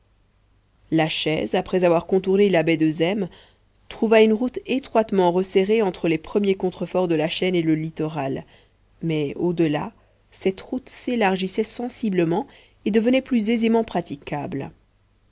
la chaise après avoir contourné la baie de zèmes trouva une route étroitement resserrée entre les premiers contreforts de la chaîne et le littoral mais au delà cette route s'élargissait sensiblement et devenait plus aisément praticable